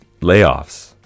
layoffs